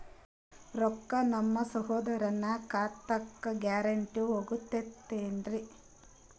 ರೊಕ್ಕ ನಮ್ಮಸಹೋದರನ ಖಾತಕ್ಕ ಗ್ಯಾರಂಟಿ ಹೊಗುತೇನ್ರಿ?